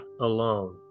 alone